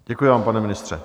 Děkuji vám, pane ministře.